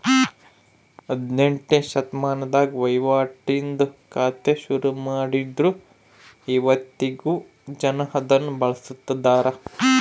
ಹದಿನೆಂಟ್ನೆ ಶತಮಾನದಾಗ ವಹಿವಾಟಿಂದು ಖಾತೆ ಶುರುಮಾಡಿದ್ರು ಇವತ್ತಿಗೂ ಜನ ಅದುನ್ನ ಬಳುಸ್ತದರ